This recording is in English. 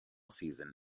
season